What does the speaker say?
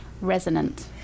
resonant